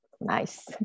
nice